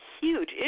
huge